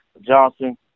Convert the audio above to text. Johnson